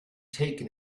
taken